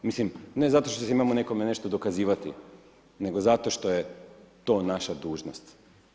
Mislim, ne zato što se imamo nekome nešto dokazivati nego zato što je to naša dužnost.